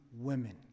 women